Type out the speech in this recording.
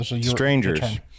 Strangers